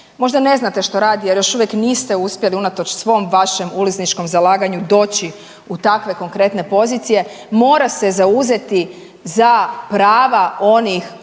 možda ne znate što radi jer još uvijek niste uspjeli unatoč svom vašem ulizničkom zalaganju doći u takve konkretne pozicije, mora se zauzeti za prava onih koji